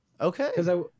Okay